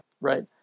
Right